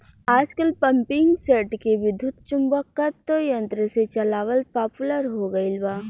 आजकल पम्पींगसेट के विद्युत्चुम्बकत्व यंत्र से चलावल पॉपुलर हो गईल बा